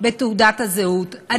בתעודת הזהות.